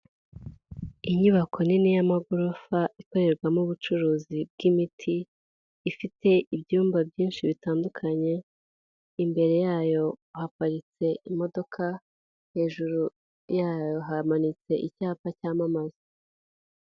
Inyubako nini y'amagorofa ikorerwamo ubucuruzi bw'imiti, ifite ibyumba byinshi bitandukanye, imbere yayo haparitse imodoka, hejuru yayo hamanitse icyapa cyamamaza.